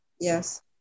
Yes